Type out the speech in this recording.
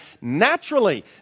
naturally